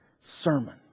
sermon